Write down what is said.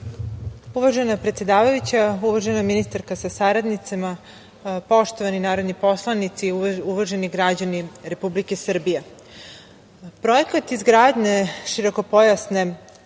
Uvažena predsedavajuća, uvažena ministarka sa saradnicima, poštovani narodni poslanici, uvaženi građani Republike Srbije, Projekat izgradnje širokopojasne